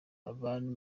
abantu